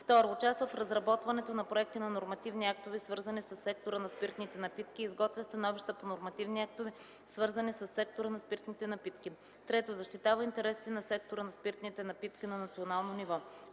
2. участва в разработването на проекти на нормативни актове, свързани със сектора на спиртните напитки и изготвя становища по нормативни актове, свързани със сектора на спиртните напитки; 3. защитава интересите на сектора на спиртните напитки на национално ниво;